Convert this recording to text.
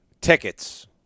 tickets